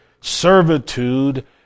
servitude